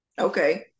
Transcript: Okay